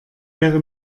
wäre